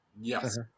yes